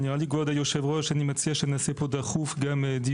אני מציע שנעשה פה דיון דחוף גם על